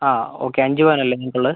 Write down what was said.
ആ ഓക്കെ അഞ്ച് പവനല്ലേ നിങ്ങൾക്കുള്ളത്